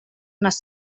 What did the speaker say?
unes